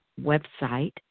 website